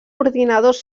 ordinadors